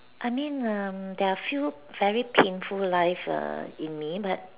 I mean um there are few very painful life err in me but